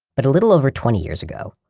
but a little over twenty years ago,